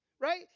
Right